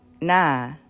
nah